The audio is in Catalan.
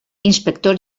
inspector